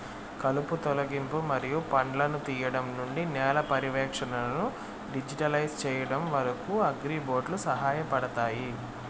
కలుపు తొలగింపు మరియు పండ్లను తీయడం నుండి నేల పర్యవేక్షణను డిజిటలైజ్ చేయడం వరకు, అగ్రిబోట్లు సహాయపడతాయి